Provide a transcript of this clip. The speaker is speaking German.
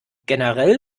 generell